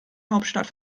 hauptstadt